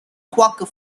quaker